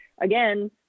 again